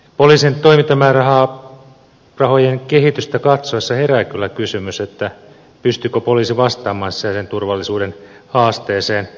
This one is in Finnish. poliisin toimintamäärärahojen kehitystä katsoessa herää kyllä kysymys pystyykö poliisi vastaamaan sisäisen turvallisuuden haasteeseen